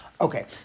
Okay